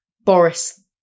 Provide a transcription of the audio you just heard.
Boris